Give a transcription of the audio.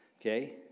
Okay